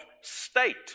state